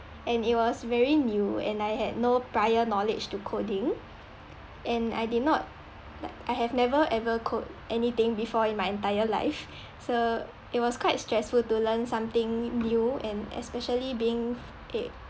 and it was very new and I had no prior knowledge to coding and I did not like I have never ever code anything before in my entire life so it was quite stressful to learn something new and especially being a